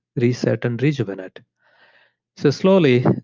reset, and rejuvenate so slowly,